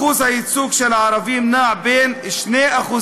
אחוז הייצוג של הערבים נע בין 2%